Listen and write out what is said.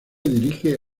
dirige